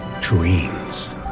dreams